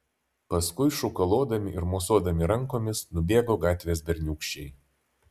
paskui šūkalodami ir mosuodami rankomis nubėgo gatvės berniūkščiai